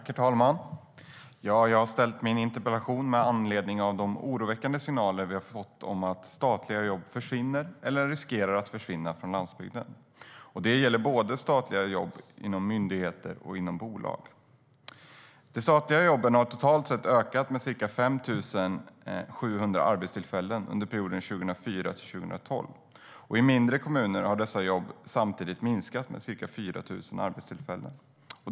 Herr talman! Jag har ställt min interpellation med anledning av de oroväckande signaler vi har fått om att statliga jobb försvinner eller riskerar att försvinna från landsbygden. Det gäller statliga jobb inom både myndigheter och bolag. De statliga jobben har totalt sett ökat med ca 5 700 arbetstillfällen under perioden 2004-2012. I mindre kommuner har dessa jobb samtidigt minskat med ca 4 000 arbetstillfällen.